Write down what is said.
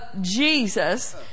Jesus